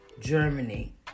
Germany